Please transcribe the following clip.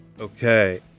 Okay